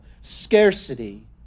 scarcity